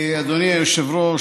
אדוני היושב-ראש,